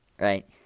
right